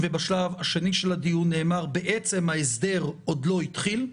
ובשלב השני של הדיון נאמר: בעצם ההסדר עוד לא התחיל.